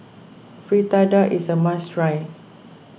Fritada is a must try